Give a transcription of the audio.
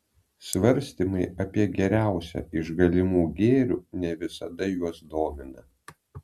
svarstymai apie geriausią iš galimų gėrių ne visada juos domina